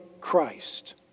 Christ